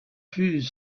fut